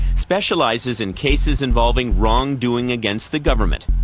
specializes in cases involving wrongdoing against the government.